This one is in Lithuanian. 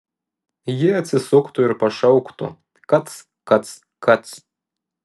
ji atsisuktų ir pašauktų kac kac kac